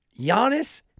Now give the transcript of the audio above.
Giannis